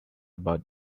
about